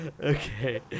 Okay